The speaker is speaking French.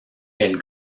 elle